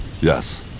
Yes